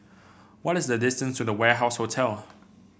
what is the distance to The Warehouse Hotel